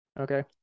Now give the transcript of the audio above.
Okay